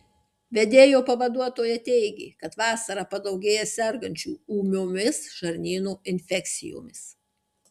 vedėjo pavaduotoja teigė kad vasarą padaugėja sergančių ūmiomis žarnyno infekcijomis